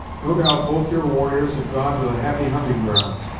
no doubt both your warriors have gone to the happy hunting grounds,